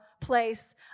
place